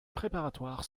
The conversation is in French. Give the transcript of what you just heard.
préparatoires